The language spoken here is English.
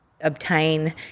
obtain